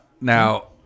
Now